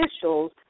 officials